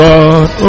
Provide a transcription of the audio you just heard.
God